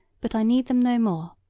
but i need them no more